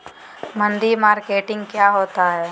मंडी मार्केटिंग क्या होता है?